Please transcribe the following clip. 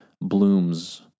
blooms